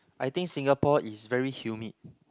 I think Singapore is very humid